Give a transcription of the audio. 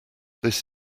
this